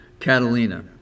Catalina